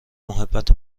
محبت